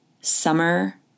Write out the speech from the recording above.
summer